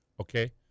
Okay